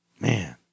man